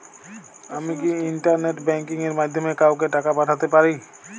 আমি কি internet banking এর মাধ্যমে কাওকে টাকা পাঠাতে পারি?